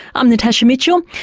i'm natasha mitchell,